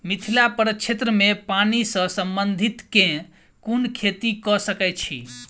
मिथिला प्रक्षेत्र मे पानि सऽ संबंधित केँ कुन खेती कऽ सकै छी?